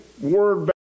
word